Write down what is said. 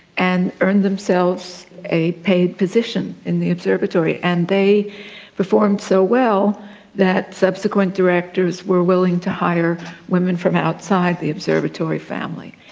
and earned themselves a paid position in the observatory. and they performed so well that subsequent directors were willing to hire women from outside the observatory family.